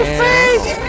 face